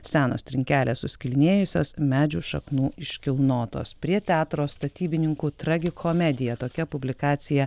senos trinkelės suskilinėjusios medžių šaknų iškilnotos prie teatro statybininkų tragikomedija tokia publikacija